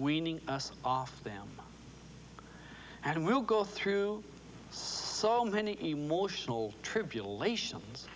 weaning us off them adam will go through so many emotional tribulations